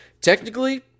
technically